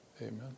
Amen